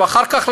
ואחר כך,